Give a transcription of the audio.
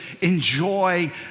enjoy